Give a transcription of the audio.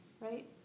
right